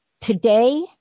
Today